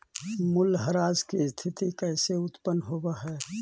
मूल्यह्रास की स्थिती कैसे उत्पन्न होवअ हई?